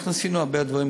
אנחנו עשינו הרבה דברים.